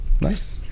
Nice